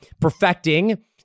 perfecting